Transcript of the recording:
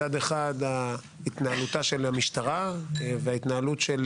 מצד אחד התנהלותה של המשטרה וההתנהלות של